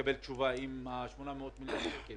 לקבל תשובה אם 800 מיליון השקלים